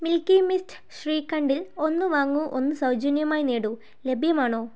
milky Mist ശ്രീഖണ്ടിൽ ഒന്ന് വാങ്ങൂ ഒന്ന് സൗജന്യമായി നേടൂ ലഭ്യമാണോ